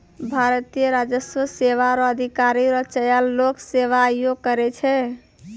भारतीय राजस्व सेवा रो अधिकारी रो चयन लोक सेवा आयोग करै छै